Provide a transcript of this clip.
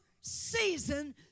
season